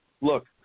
Look